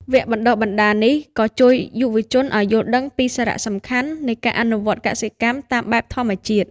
វគ្គបណ្តុះបណ្តាលនេះក៏ជួយយុវជនឱ្យយល់ដឹងពីសារៈសំខាន់នៃការអនុវត្តកសិកម្មតាមបែបធម្មជាតិ។